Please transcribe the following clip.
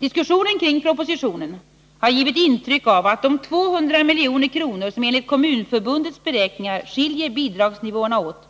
Diskussionen kring propositionen har givit intryck av att de 200 milj.kr. som enligt Kommunförbundets beräkningar skiljer bidragsnivåerna åt